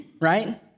right